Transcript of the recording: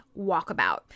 walkabout